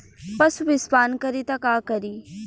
पशु विषपान करी त का करी?